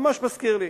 ממש מזכיר לי.